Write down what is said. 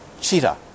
cheetah